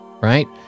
right